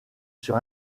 sur